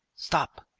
stop!